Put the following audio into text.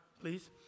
please